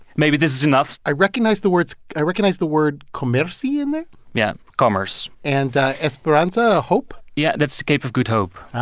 maybe this is enough i recognize the words i recognize the word commerci in there yeah, commerce and esperanza hope? yeah, that's the cape of good hope